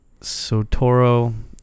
Sotoro